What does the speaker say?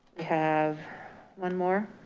have one more.